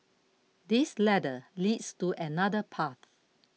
this ladder leads to another path